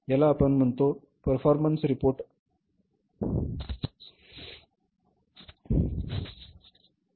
याला आपण म्हणतो परफॉर्मन्स रिपोर्ट म्हणू